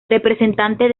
representante